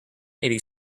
eighty